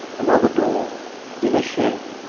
another door in a shed.